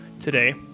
today